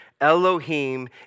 Elohim